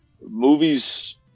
movies